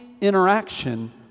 interaction